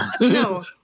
No